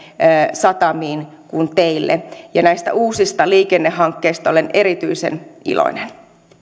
satamiin kuin teille näistä uusista liikennehankkeista olen erityisen iloinen